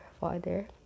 Father